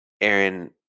Aaron